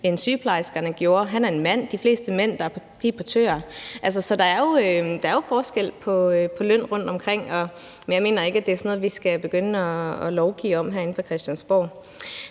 end sygeplejerskerne gjorde, og han er en mand, og de fleste mænd er portører. Så der er jo forskel på lønnen rundtomkring, men jeg mener ikke, at det er sådan noget, vi skal begynde at lovgive om herinde på Christiansborg.